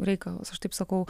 reikalas aš taip sakau